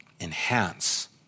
enhance